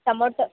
tomato